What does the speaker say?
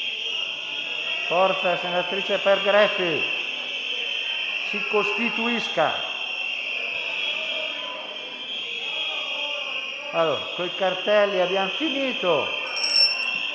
Forza, senatrice Pergreffi, si costituisca. Con i cartelli abbiamo finito.